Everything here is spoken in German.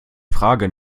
frage